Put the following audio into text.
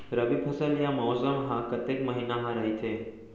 रबि फसल या मौसम हा कतेक महिना हा रहिथे?